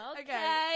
Okay